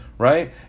Right